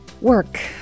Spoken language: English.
work